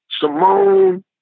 Simone